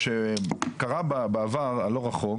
אבל מה שקרה בעבר הלא רחוק,